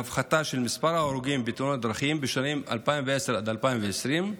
בהפחתה של מספר ההרוגים בתאונות דרכים בשנים 2010 עד 2020,